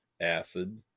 acid